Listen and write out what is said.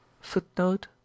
Footnote